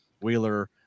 Wheeler